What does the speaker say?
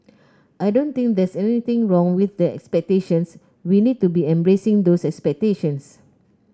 I don't think there's anything wrong with expectations we need to be embracing those expectations